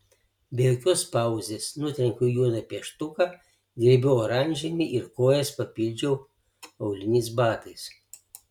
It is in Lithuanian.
be jokios pauzės nutrenkiau juodą pieštuką griebiau oranžinį ir kojas papildžiau auliniais batais